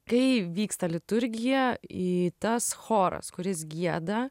kai vyksta liturgija į tas choras kuris gieda